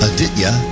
Aditya